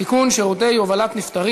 את במקומו של עמיר פרץ?